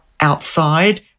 outside